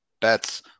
bets